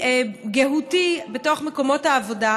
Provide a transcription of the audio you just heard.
סביבתי-גהותי, בתוך מקומות העבודה.